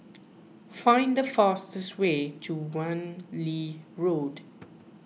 find the fastest way to Wan Lee Road